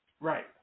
right